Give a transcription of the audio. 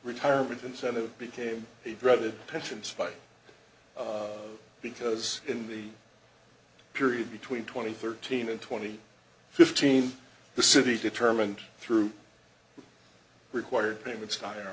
retirement incentive became a dreaded pensions fight because in the period between twenty thirteen and twenty fifteen the city determined through required payments